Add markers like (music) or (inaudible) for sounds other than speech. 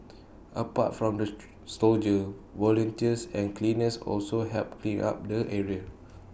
apart from the (noise) soldiers volunteers and cleaners also helped clean up the area